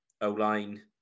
O-line